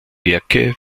werke